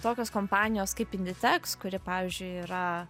tokios kompanijos kaip inditeks kuri pavyzdžiui yra